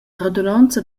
radunonza